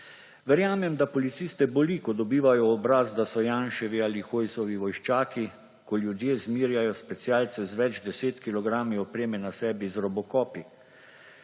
Verjamem, da policiste boli, ko dobivajo v obraz, da so Janševi ali Hojsovi vojščaki, ko ljudje zmerjajo specialce z več deset kilogrami opreme na sebi z robocopi